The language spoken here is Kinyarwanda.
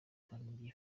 kandi